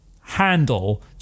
handle